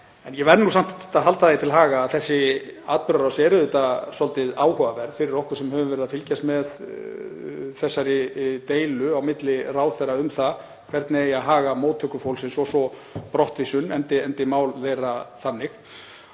ég verð nú samt að halda því til haga að þessi atburðarás er auðvitað svolítið áhugaverð fyrir okkur sem höfum verið að fylgjast með þessari deilu á milli ráðherra um það hvernig haga eigi móttöku fólksins og svo brottvísun endi mál fólks þannig.